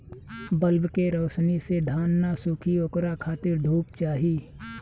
bulb के रौशनी से धान न सुखी ओकरा खातिर धूप चाही